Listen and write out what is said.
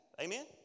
Amen